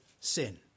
sin